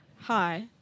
Hi